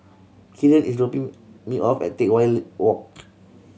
Killian is dropping me off at Teck Whye Walk